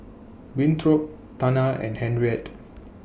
Winthrop Tana and Henriette